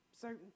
certain